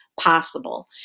possible